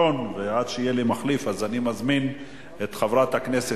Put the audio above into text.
5915, 5927, 5930,